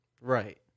Right